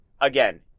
again